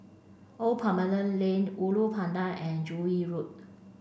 Old Parliament Lane Ulu Pandan and Joo Yee Road